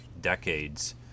decades